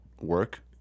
work